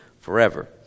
forever